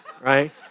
right